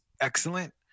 excellent